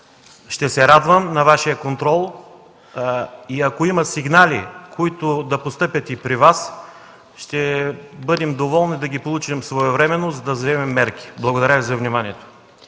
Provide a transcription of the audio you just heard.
Ще се радвам на Вашия контрол и ако има сигнали, които да постъпват и при Вас, ще бъдем доволни да ги получим своевременно, за да вземем мерки. Благодаря Ви за вниманието.